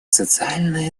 социальная